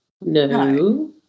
No